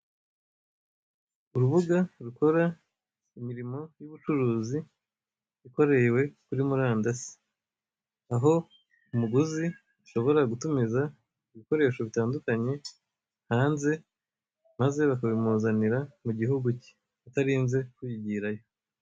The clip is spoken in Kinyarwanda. Urubuga rukora imirimo y'ubucuruzi ikorewe kuri murandasi, aho umuguzi ashobora gutumiza ibikoresho bitandukanye hanze, maze bakabimuzanira mu gihugu cye atarinze kwigirayo.